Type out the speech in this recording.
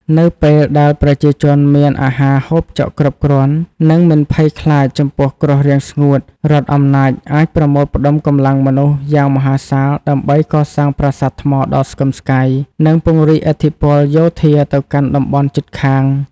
នៅពេលដែលប្រជាជនមានអាហារហូបចុកគ្រប់គ្រាន់ និងមិនភ័យខ្លាចចំពោះគ្រោះរាំងស្ងួត រដ្ឋអំណាចអាចប្រមូលផ្តុំកម្លាំងមនុស្សយ៉ាងមហាសាលដើម្បីកសាងប្រាសាទថ្មដ៏ស្កឹមស្កៃ និងពង្រីកឥទ្ធិពលយោធាទៅកាន់តំបន់ជិតខាង។